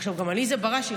עכשיו גם עליזה בראשי,